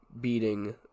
Beating